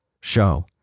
show